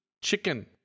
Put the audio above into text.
Chicken